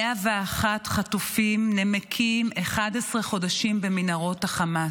101 חטופים נמקים 11 חודשים במנהרות החמאס,